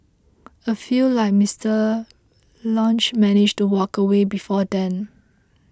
a few like Mister Lynch manage to walk away before then